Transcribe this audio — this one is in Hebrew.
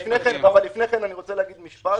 אבל לפני כן אני רוצה להגיד משפט.